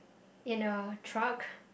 in a truck